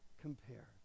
compare